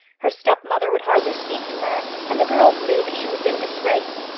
her stepmother would hardly speak to her, and the girls knew that she was in disgrace.